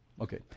Okay